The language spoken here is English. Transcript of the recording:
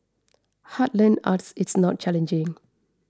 heartland arts is not challenging